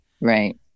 Right